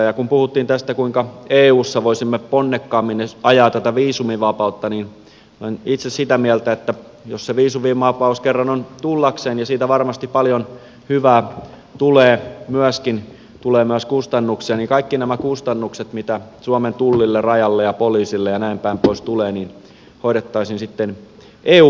ja kun puhuttiin tästä kuinka eussa voisimme ponnekkaammin ajaa tätä viisumivapautta niin olen itse sitä mieltä että jos se viisumivapaus kerran on tullakseen ja siitä varmasti paljon hyvää tulee myöskin tulee kustannuksia niin kaikki nämä kustannukset mitä suomen tullille rajalle poliisille ja näinpäin pois tulee hoidettaisiin sitten eu panostuksella